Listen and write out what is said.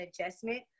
adjustment